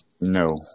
No